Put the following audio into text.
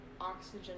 oxygen